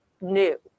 new